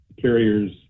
carriers